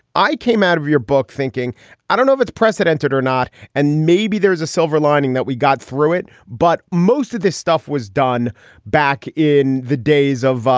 i came out of your book thinking i don't know if it's precedented or not. and maybe there's a silver lining that we got through it. but most of this stuff was done back in the days of,